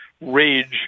rage